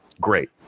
Great